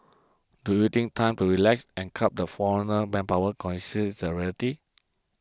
do you think time to relax and curbs the foreigner manpower con see the realities